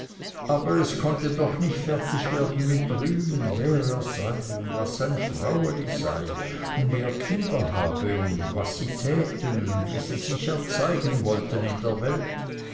aber es konnte doch nicht fertig werden mit rühmen wer er sei und was sein fraueli sei und wie er kinder habe und was sie täten und wie sie sich erzeigen wollten in der welt